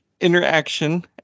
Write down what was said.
interaction